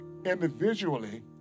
Individually